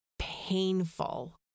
painful